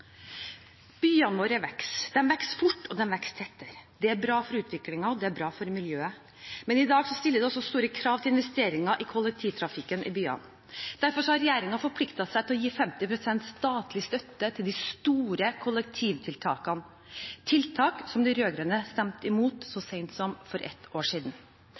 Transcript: Byene våre vokser. De vokser fort, og de vokser tettere. Det er bra for utviklingen, og det er bra for miljøet. Men i dag stiller det også store krav til investeringer i kollektivtrafikken i byene. Derfor har regjeringen forpliktet seg til å gi 50 pst. statlig støtte til de store kollektivtiltakene – tiltak som de rød-grønne stemte imot så sent som for ett år siden.